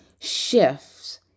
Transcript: shifts